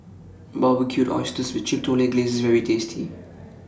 Barbecued Oysters with Chipotle Glaze IS very tasty